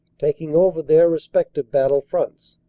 taking over their respec tive battle fronts.